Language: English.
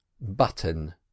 Button